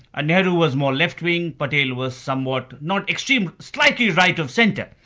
ah nehru was more left-wing, patel was somewhat not extreme, slightly right of centre.